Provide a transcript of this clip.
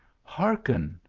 hearken,